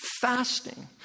fasting